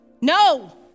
No